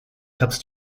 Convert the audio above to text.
tabs